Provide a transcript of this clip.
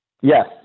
yes